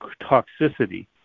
toxicity